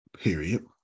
Period